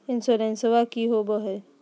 इंसोरेंसबा की होंबई हय?